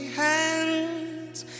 hands